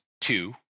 two